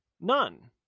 None